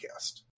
podcast